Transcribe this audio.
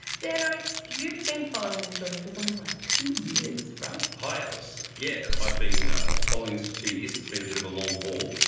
dan oakes, you've been following this story for something like two years, right? hi, alice. yeah, i've been ah following this for two years. it's been a bit of a long haul.